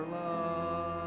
love